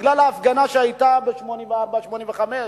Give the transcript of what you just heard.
בגלל ההפגנה שהיתה ב-1984 ו-1985,